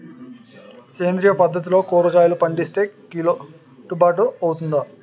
సేంద్రీయ పద్దతిలో కూరగాయలు పండిస్తే కిట్టుబాటు అవుతుందా?